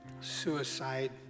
suicide